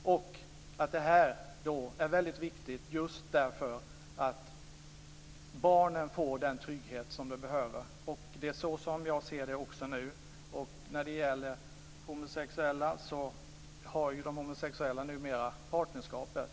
Detta är väldigt viktigt just därför att barnen får den trygghet som de behöver. Jag ser det så också nu. När det gäller de homosexuella vill jag säga att de numera har partnerskapet.